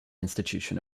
institution